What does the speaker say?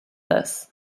this